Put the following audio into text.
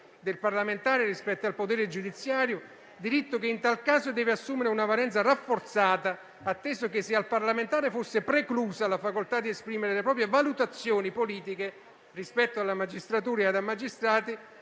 del parlamentare rispetto al potere giudiziario, diritto che in tal caso deve assumere una valenza rafforzata, atteso che, se al parlamentare fosse preclusa la facoltà di esprimere le proprie valutazioni politiche rispetto alla magistratura e ai magistrati,